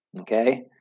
Okay